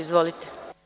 Izvolite.